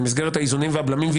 במסגרת האיזונים והבלמים,